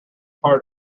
part